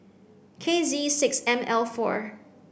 K Z six M L four